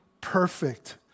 perfect